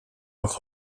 auch